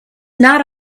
not